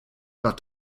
got